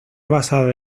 basada